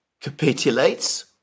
capitulates